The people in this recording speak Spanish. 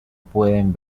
pueden